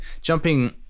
jumping